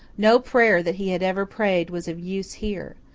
no prayer that he had ever prayed was of use here.